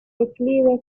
declive